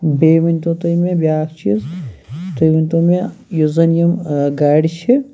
بیٚیہِ ؤنتو تُہۍ مےٚ بیاکھ چیٖز تُہۍ ؤنتو مےٚ یُس زَن یِم گاڑِ چھِ